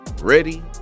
ready